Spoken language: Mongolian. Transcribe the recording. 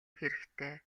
хэрэгтэй